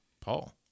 Paul